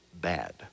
bad